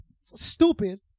stupid